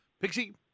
Pixie